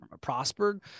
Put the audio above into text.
prospered